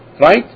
Right